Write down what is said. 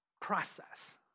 process